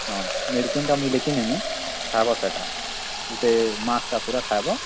ହଁ ମେଡ଼ିସିନ୍ ମୁଇଁ ଲେଖିନେମି ଖାବ ସେଇଟା ଗୁଟେ ମାସଟା ପୂରା ଖାଇବ